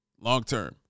long-term